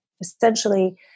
essentially